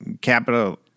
capital